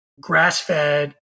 grass-fed